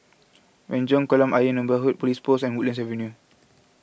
Renjong Kolam Ayer Neighbourhood Police Post and Woodlands Avenue